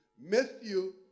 Matthew